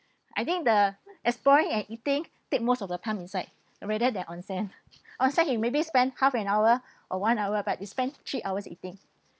I think the exploring and eating take most of the time inside rather than onsen onsen we maybe spend half an hour or one hour but we spent three hours eating